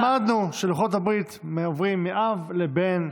למדנו שלוחות הברית עוברים מאב לבן,